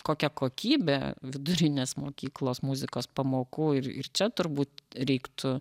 kokia kokybė vidurinės mokyklos muzikos pamokų ir ir čia turbūt reiktų